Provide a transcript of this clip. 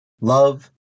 love